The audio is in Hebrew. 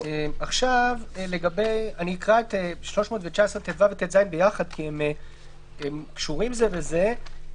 אקרא את סעיפים 319טו ו-319טז ביחד כי הם קשורים זה בזה.